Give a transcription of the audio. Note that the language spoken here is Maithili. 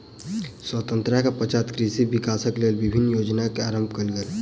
स्वतंत्रता के पश्चात कृषि विकासक लेल विभिन्न योजना के आरम्भ कयल गेल